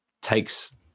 takes